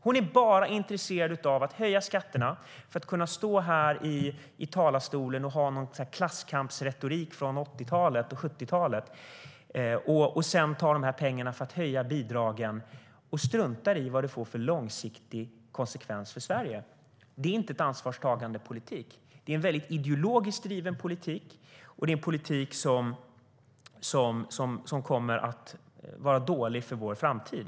Hon är bara intresserad av att höja skatterna för att kunna stå här i talarstolen och ha något slags klasskampsretorik från 70 och 80-talen och sedan ta dessa pengar för att höja bidragen och strunta i vad det får för långsiktiga konsekvenser för Sverige. Det är inte en ansvarstagande politik. Det är en väldigt ideologiskt driven politik, en politik som kommer att vara dålig för vår framtid.